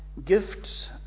Gifts